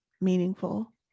meaningful